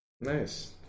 Nice